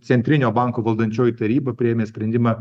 centrinio banko valdančioji taryba priėmė sprendimą